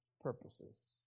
purposes